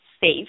safe